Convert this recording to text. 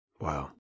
Wow